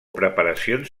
preparacions